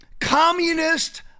communist